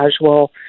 casual